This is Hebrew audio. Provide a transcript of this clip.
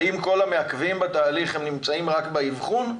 האם כל העיכובים בתהליך נמצאים רק באבחון?